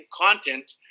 content